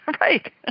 Right